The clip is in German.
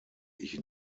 ich